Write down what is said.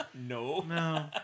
No